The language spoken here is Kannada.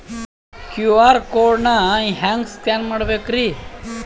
ಕ್ಯೂ.ಆರ್ ಕೋಡ್ ನಾ ಹೆಂಗ ಸ್ಕ್ಯಾನ್ ಮಾಡಬೇಕ್ರಿ?